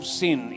sin